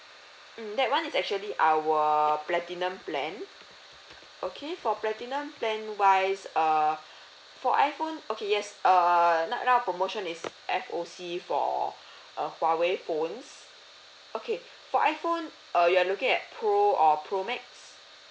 mm that [one] is actually our platinum plan okay for platinum plan wise err for iphone okay yes err now now our promotion is F_O_C for uh for Huawei phones okay for iphone uh you're looking at pro or pro max